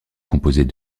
composés